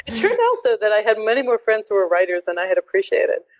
turned out, though, that i had many more friends who were writers than i had appreciated.